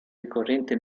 ricorrente